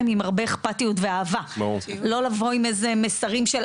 לפני שאנחנו עוברים לנציג שיקבל פה את השאלה המתבקשת,